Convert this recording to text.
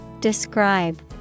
Describe